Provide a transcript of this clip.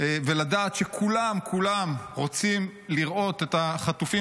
ולדעת שכולם כולם רוצים לראות את החטופים